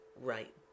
right